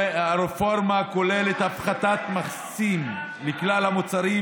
הרפורמה כוללת הפחתת מיסים מכלל המוצרים